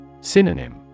Synonym